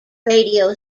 radio